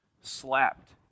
slapped